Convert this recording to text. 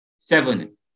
Seven